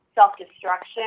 self-destruction